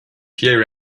here